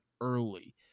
early